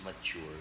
mature